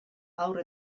haur